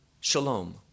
Shalom